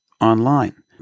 online